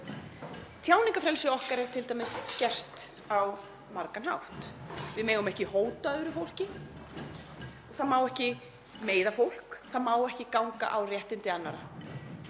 Tjáningarfrelsi okkar er t.d. skert á margan hátt. Við megum ekki hóta öðru fólki, það má ekki meiða fólk, það má ekki ganga á réttindi annarra.